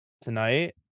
tonight